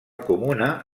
comuna